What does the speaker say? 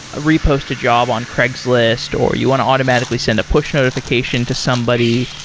repost a job on craigslist, or you want to automatically send a push notification to somebody,